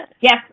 Yes